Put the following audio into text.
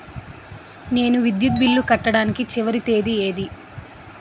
నేను విద్యుత్ బిల్లు కట్టడానికి చివరి తేదీ ఏంటి?